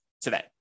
today